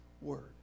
word